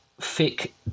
thick